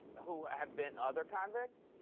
who have been other convicts?